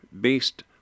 based